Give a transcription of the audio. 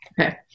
Okay